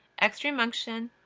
extreme unction,